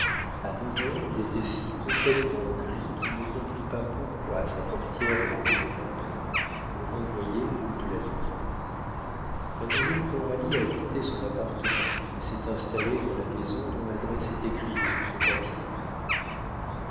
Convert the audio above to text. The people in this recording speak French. a neuf heures il était si complétement gris qu'il ne comprit pas pourquoi sa portière de la rue de vendôme le renvoyait rue de la lune mademoiselle coralie a quitté son appartement et s'est installée dans la maison dont l'adresse est écrite sur ce papier